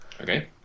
Okay